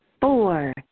Four